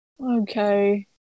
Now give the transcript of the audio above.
Okay